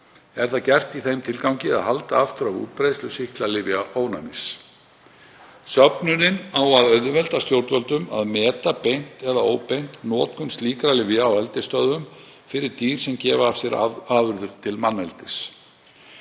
Er það gert í þeim tilgangi að halda aftur af útbreiðslu sýklalyfjaónæmis. Söfnunin á að auðvelda stjórnvöldum að meta beint eða óbeint notkun slíkra lyfja á eldisstöðvum fyrir dýr sem gefa af sér afurðir til manneldis.